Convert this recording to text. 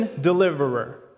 deliverer